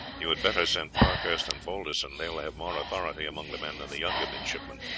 you had better send parkhurst and balderson they will have more authority among the men than the younger midshipmen.